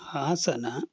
Hassan